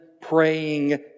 praying